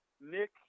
Nick